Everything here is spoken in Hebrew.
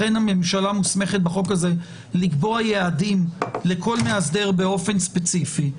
לכן הממשלה מוסמכת בחוק הזה לקבוע יעדים לכל מאסדר באופן ספציפי.